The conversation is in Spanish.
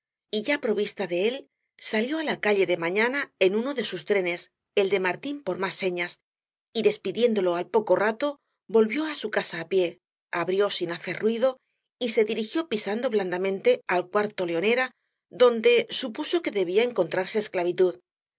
y ya provista de él salió á la calle de mañana en uno de sus trenes el de martín por más señas y despidiéndolo al poco rato volvió á su casa á pié abrió sin hacer ruido y se dirigió pisando blandamente al cuarto leonera donde supuso que debía encontrarse esclavitud